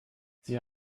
sie